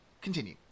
continue